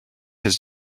his